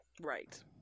Right